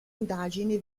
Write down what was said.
indagini